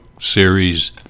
series